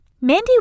Mandy